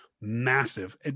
massive